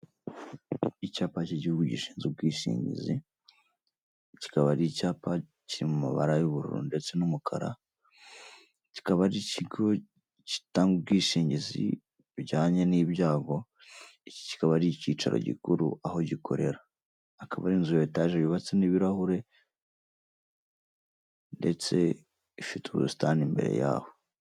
Icyapa cy'igihugu gishinzwe ubwishingizi, kikaba ari icyapa kiri mu mabara y'ubururu ndetse n'umukara, kikaba ari ikigo gitanga ubwishingizi bu bujyanye n'ibyago, iki kikaba ari icyicaro gikuru aho gikorera, akaba ari inzu ya etage yubatse n'ibirahure ndetse ifite ubusitani imbere yaho.